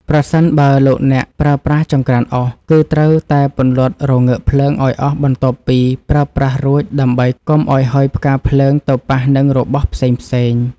ប្រសិនបើលោកអ្នកប្រើប្រាស់ចង្ក្រានអុស គឺត្រូវតែពន្លត់រងើកភ្លើងឱ្យអស់បន្ទាប់ពីប្រើប្រាស់រួចដើម្បីកុំឱ្យហុយផ្កាភ្លើងទៅប៉ះនឹងរបស់ផ្សេងៗ។